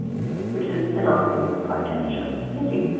which is an awesome podcast show. thank you.